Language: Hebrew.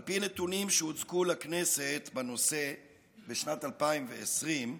על פי נתונים שהוצגו לכנסת בנושא בשנת 2020,